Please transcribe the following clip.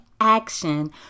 action